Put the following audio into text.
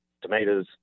tomatoes